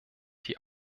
die